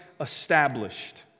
established